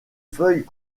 feuilles